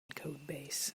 codebase